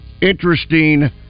interesting